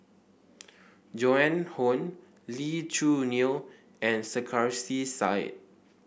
Joan Hon Lee Choo Neo and Sarkasi Said